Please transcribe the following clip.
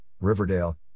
Riverdale